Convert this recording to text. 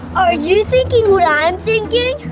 are you thinking what i'm thinking?